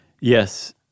Yes